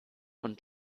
und